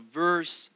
verse